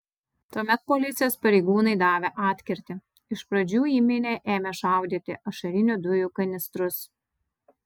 tuomet policijos pareigūnai davė atkirtį iš pradžių į minią ėmė šaudyti ašarinių dujų kanistrus